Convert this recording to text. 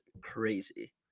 crazy